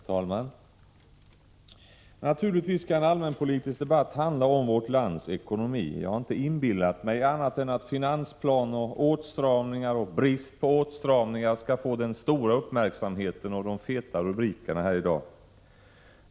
Herr talman! Naturligtvis skall en allmänpolitisk debatt handla om vårt lands ekonomi. Jag har inte inbillat mig annat än att finansplan och åtstramningar och brist på åtstramningar skall få den stora uppmärksamheten och de feta rubrikerna här i dag.